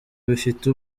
bifite